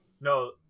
No